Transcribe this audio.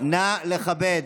נא לכבד.